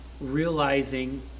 realizing